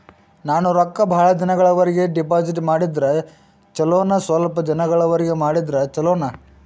ನಾನು ರೊಕ್ಕ ಬಹಳ ದಿನಗಳವರೆಗೆ ಡಿಪಾಜಿಟ್ ಮಾಡಿದ್ರ ಚೊಲೋನ ಸ್ವಲ್ಪ ದಿನಗಳವರೆಗೆ ಮಾಡಿದ್ರಾ ಚೊಲೋನ?